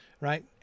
right